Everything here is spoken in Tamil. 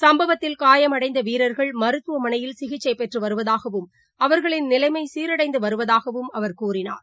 சம்பவத்தில் காயம் அடைந்தவீரர்கள் மருத்துவமனையில சிகிச்சைபெற்றுவருவதாகவும் அவர்களின் நிலைமைசீரடைந்துவருவதாகவும் அவர் கூறினார்